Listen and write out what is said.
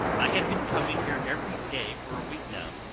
i had been coming here every day for a week now.